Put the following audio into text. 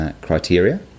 criteria